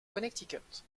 connecticut